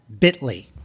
Bitly